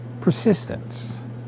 Persistence